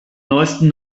neusten